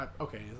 Okay